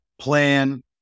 plan